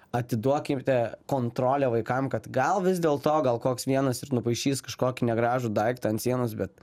atiduokite kontrolę vaikam kad gal vis dėlto gal koks vienas ir nupaišys kažkokį negražų daiktą ant sienos bet